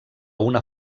una